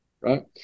right